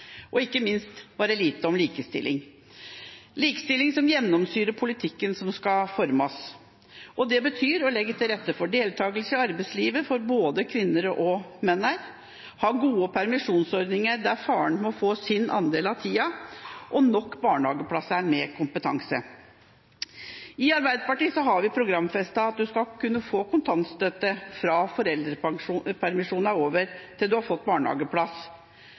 Ikke minst var det lite om likestilling – likestilling som gjennomsyrer politikken som skal formes. Det betyr å legge til rette for deltakelse i arbeidslivet for både kvinner og menn, ha gode permisjonsordninger der faren må få sin andel av tida, og nok barnehageplasser med kompetanse. I Arbeiderpartiet har vi programfestet at man skal kunne få kontantstøtte fra foreldrepermisjonen er over, til man har fått barnehageplass